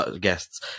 guests